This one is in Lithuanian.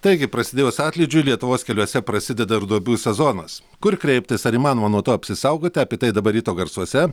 taigi prasidėjus atlydžiui lietuvos keliuose prasideda ir duobių sezonas kur kreiptis ar įmanoma nuo to apsisaugoti apie tai dabar ryto garsuose